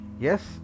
Yes